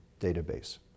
database